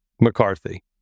McCarthy